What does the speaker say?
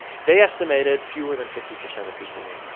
they estimated fewer than fifty percent of people would.